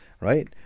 right